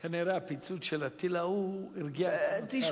כנראה הפיצוץ של הטיל ההוא הרגיע אותם קצת.